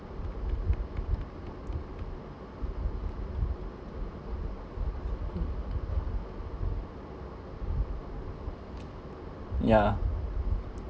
yeah